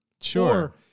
Sure